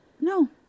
No